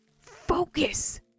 Focus